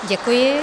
Děkuji.